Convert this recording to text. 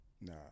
Nah